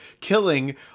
killing